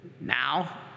Now